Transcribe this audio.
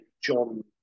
John